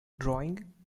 drawing